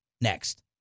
Next